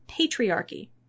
patriarchy